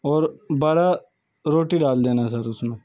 اور بارہ روٹی ڈال دینا سر اس میں